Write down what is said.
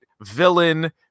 villain